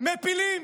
מפילים.